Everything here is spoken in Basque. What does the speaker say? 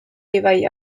ibai